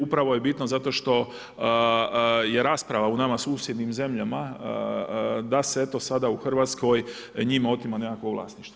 Upravo je bitno zato što je rasprava u nama susjednim zemljama, da se eto, sada u Hrvatskoj, njima otima nekakvo vlasništvo.